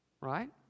right